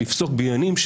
לפסוק בעניינים,